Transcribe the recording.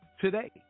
today